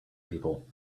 people